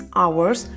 hours